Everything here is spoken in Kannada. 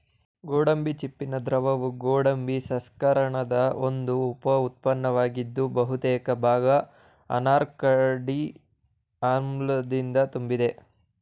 ಗೋಡಂಬಿ ಚಿಪ್ಪಿನ ದ್ರವವು ಗೋಡಂಬಿ ಸಂಸ್ಕರಣದ ಒಂದು ಉಪ ಉತ್ಪನ್ನವಾಗಿದ್ದು ಬಹುತೇಕ ಭಾಗ ಅನಾಕಾರ್ಡಿಕ್ ಆಮ್ಲದಿಂದ ತುಂಬಿದೆ